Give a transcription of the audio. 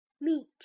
meat